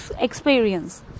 experience